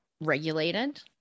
regulated